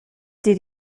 did